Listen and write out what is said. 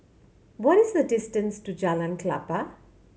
what is the distance to Jalan Klapa